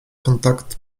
kontakt